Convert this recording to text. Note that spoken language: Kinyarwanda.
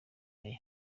mayor